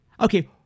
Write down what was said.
Okay